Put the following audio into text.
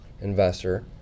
investor